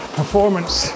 performance